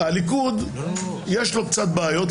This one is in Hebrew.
לליכוד יש קצת בעיות,